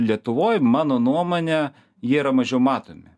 lietuvoj mano nuomone jie yra mažiau matomi